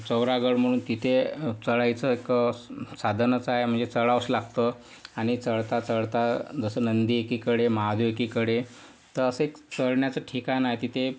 चौरागड म्हणून तिथे चढायचं एक स् साधनच आहे म्हणजे चढावंच लागतं आणि चढता चढता जसं नंदी एकीकडे महादेव एकीकडे तर असं एक चढण्याचं ठिकाण आहे तिथे